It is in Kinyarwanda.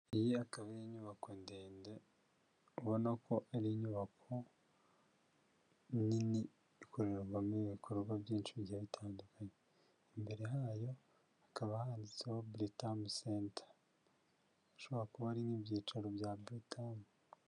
Iyi akaba ari inyubako ndende, ubona ko ari inyubako nini ikorerwamo ibikorwa byinshi bigiye bitandukanye, imbere hayo hakaba handitseho Britam Center, ishobora kuba ari nk'ibyicaro bya Britam.